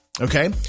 Okay